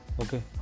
okay